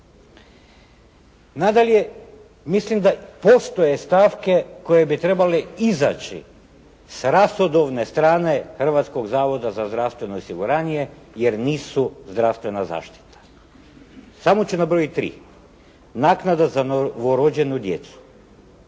Nadalje, mislim da postoje stavke koje bi trebale izaći s rashodovne strane Hrvatskog zavoda za zdravstveno osiguranje jer nisu zdravstvena zaštita. Samo ću nabrojati 3, naknada za novorođenu djecu.